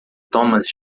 thomas